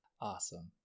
Awesome